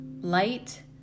Light